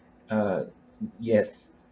uh yes